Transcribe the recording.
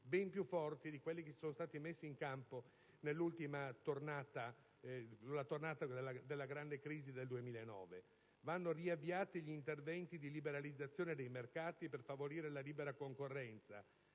ben più forti di quelli che sono stati messi in campo nella tornata della grande crisi del 2009. Vanno riavviati gli interventi di liberalizzazione dei mercati, per favorire la libera concorrenza